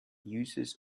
uses